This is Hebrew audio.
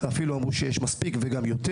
אפילו אמרו שיש מספיק ואף יותר.